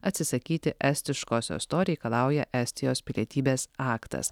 atsisakyti estiškosios to reikalauja estijos pilietybės aktas